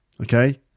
Okay